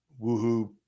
woohoo